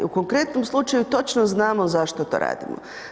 U konkretnom slučaju, točno znamo zašto to radimo.